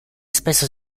spesso